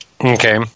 okay